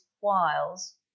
wiles